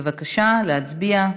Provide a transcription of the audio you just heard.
בבקשה להצביע.